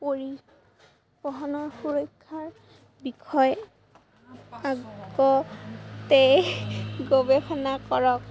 পৰিবহণৰ সুৰক্ষাৰ বিষয় আগতে গৱেষণা কৰক